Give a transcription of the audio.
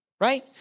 right